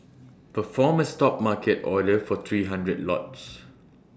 perform A stop market order for three hundred lots